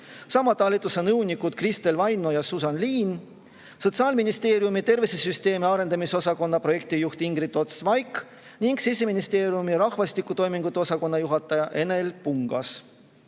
sama talituse nõunikud Kristel Vaino ja Susann Liin, Sotsiaalministeeriumi tervisesüsteemi arendamise osakonna projektijuht Ingrid Ots-Vaik ning Siseministeeriumi rahvastiku toimingute osakonna juhataja Enel Pungas.